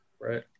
Right